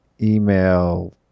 email